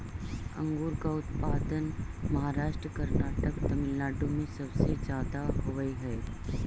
अंगूर का उत्पादन महाराष्ट्र, कर्नाटक, तमिलनाडु में सबसे ज्यादा होवअ हई